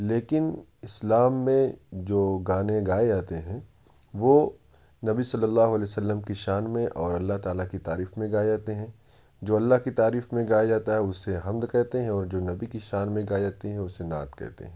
لیکن اسلام میں جو گانے گائے جاتے ہیں وہ نبی صلی اللہ علیہ وسلم کی شان میں اور اللہ تعالیٰ کی تعریف میں گائے جاتے ہیں جو اللہ کی تعریف میں گایا جاتا ہے اسے حمد کہتے ہیں اور جو نبی کی شان میں گائی جاتی ہے اسے نعت کہتے ہیں